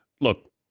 Look